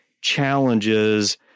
challenges